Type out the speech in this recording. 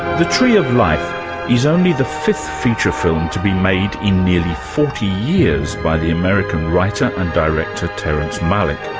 the tree of life is only the fifth feature film to be made in nearly forty years by the american writer and director terrence malick.